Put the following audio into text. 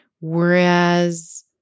whereas